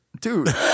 Dude